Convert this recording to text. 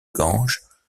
gange